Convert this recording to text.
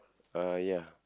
uh ya